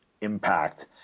impact